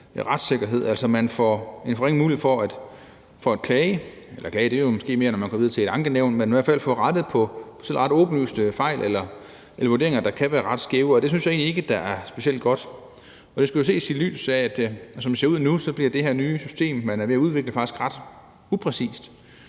retssikkerhed, altså man får en forringet mulighed for at klage, eller klage er måske mere, når man går videre til et ankenævn, men i hvert fald få rettet på selv ret åbenlyse fejl eller vurderinger, der kan være ret skæve, og det synes jeg egentlig ikke er specielt godt. Det skal jo ses i lyset af, at som det ser ud nu, bliver det her nye system, man er ved at udvikle, faktisk ret upræcist.